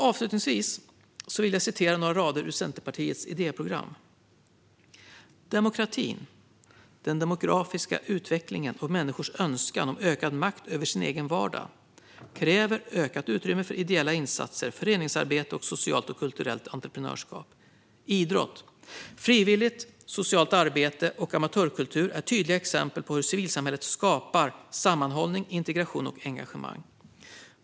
Avslutningsvis vill jag citera några rader ur Centerpartiets idéprogram: "Demokratin, den demografiska utvecklingen och människors önskan om ökad makt över sin egen vardag kräver ökat utrymme för ideella insatser, föreningsarbete och socialt och kulturellt entreprenörskap. Idrott, frivilligt socialt arbete och amatörkultur är tydliga exempel på hur civilsamhället skapar sammanhållning, integration och engagemang.